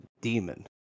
demon